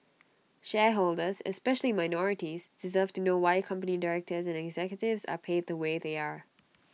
shareholders especially minorities deserve to know why company directors and executives are paid the way they are